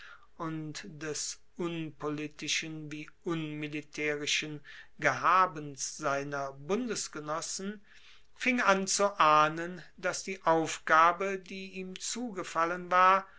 und des unpolitischen wie unmilitaerischen gehabens seiner bundesgenossen fing an zu ahnen dass die aufgabe die ihm zugefallen war